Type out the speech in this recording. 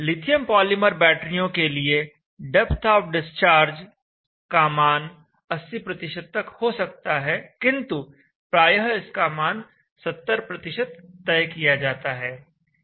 lithium polymer बैटरियों के लिए डेप्थ ऑफ डिस्चार्ज का मान 80 तक हो सकता है किंतु प्रायः इसका मान 70 तय किया जाता है